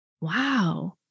wow